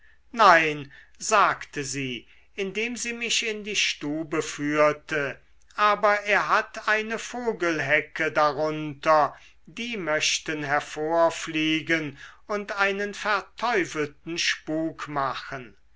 nein sagte sie indem sie mich in die stube führte aber er hat eine vogelhecke darunter die möchten hervorfliegen und einen verteufelten spuk machen